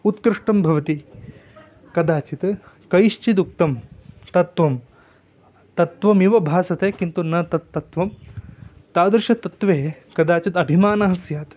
उत्कृष्टं भवति कदाचित् कश्चिदुक्तं तत्वं तत्वमिव भासते किन्तु न तत् तत्वं तादृशतत्वे कदाचितभिमानः स्यात्